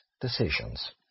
decisions